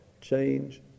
change